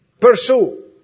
pursue